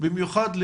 אני חושב שיש